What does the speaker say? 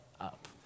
up